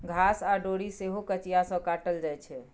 घास आ डोरी सेहो कचिया सँ काटल जाइ छै